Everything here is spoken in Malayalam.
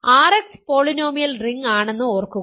RX പോളിനോമിയൽ റിംഗ് ആണെന്ന് ഓർക്കുക